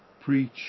preach